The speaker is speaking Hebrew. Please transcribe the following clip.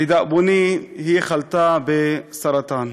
לדאבוני, היא חלתה בסרטן.